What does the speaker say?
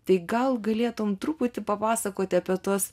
tai gal galėtum truputį papasakoti apie tuos